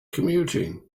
commuting